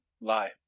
Lie